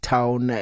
Town